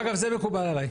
אגב, זה מקובל עליי.